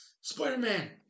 Spider-Man